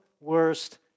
worst